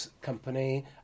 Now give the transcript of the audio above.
company